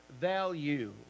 value